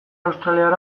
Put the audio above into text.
australiar